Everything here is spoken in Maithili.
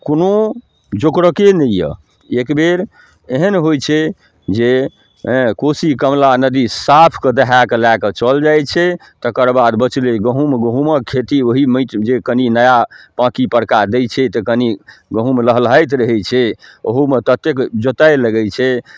कोनो जोगरके नहि यऽ एकबेर एहन होइ छै जे हैँ कोशी कमला नदी साफ कऽ दहए कऽ लए कऽ चल जाइ छै तकरबाद बचलै गहूँम गहूँमक खेती ओहि माटि जे कनी नया पाँकी पर का दै छै तऽ कनी गहूँम लहलहाइत रहै छै ओहोमे ततेक जोताइ लगै छै